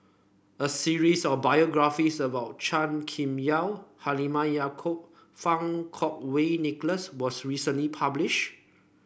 a series of biographies about Chua Kim Yeow Halimah Yacob Fang Kuo Wei Nicholas was recently published